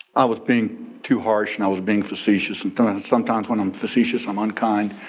i was being too harsh and i was being facetious and sometimes when i'm facetious, i'm unkind.